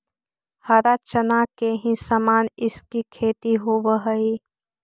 हरा चना के ही समान इसकी खेती होवे हई